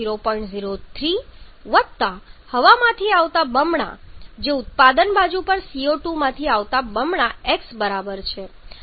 03 વત્તા હવામાંથી આવતા બમણા જે ઉત્પાદન બાજુ પર CO2 માંથી આવતા બમણા x બરાબર છે વત્તા ઉત્પાદન બાજુ પર y